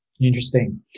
Interesting